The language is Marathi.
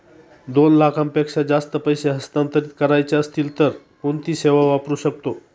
दोन लाखांपेक्षा जास्त पैसे हस्तांतरित करायचे असतील तर कोणती सेवा वापरू शकतो?